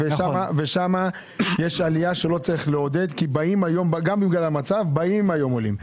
ושם יש עלייה שלא צריך לעודד כי גם בגלל המצב באים היום עולים.